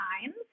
times